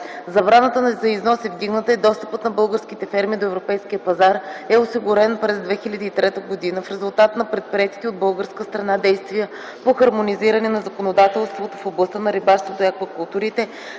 Забраната за износ е вдигната и достъпът на българските фирми до европейския пазар е осигурен през 2003 г., в резултат на предприетите от българска страна действия по хармонизиране на законодателството в областта на рибарството и аквакултурите,